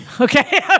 Okay